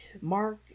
Mark